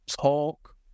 talk